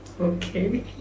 okay